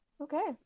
Okay